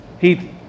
Heath